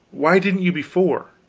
why didn't you before?